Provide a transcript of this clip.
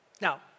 Now